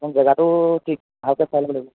কাৰণ জেগাটো ঠিক ভালকৈ চাই ল'ব লাগিব